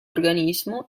organismo